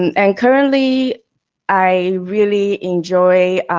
and and currently i really enjoy,